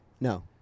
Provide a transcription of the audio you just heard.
No